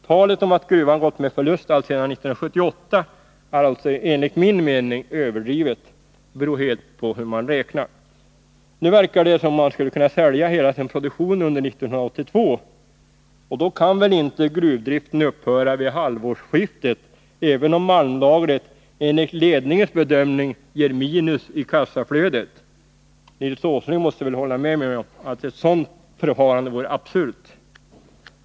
Talet om att gruvan gått med förlust alltsedan 1978 är alltså enligt min mening överdrivet. Det beror helt på hur man räknar. Nu verkar det som om man skulle kunna sälja hela sin produktion under 1982. Då kan väl inte gruvdriften upphöra vid halvårsskiftet, även om malmlagret enligt ledningens bedömning ger minus i kassaflödet. Nils Åsling måste väl hålla med mig om att ett sådant förfarande vore absurt.